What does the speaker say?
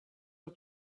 for